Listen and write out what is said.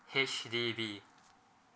H_D_B